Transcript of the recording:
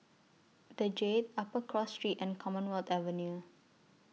The Jade Upper Cross Street and Commonwealth Avenue